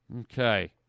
Okay